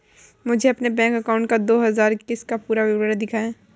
मुझे अपने bank account का दो हज़ार इक्कीस का पूरा विवरण दिखाएँ?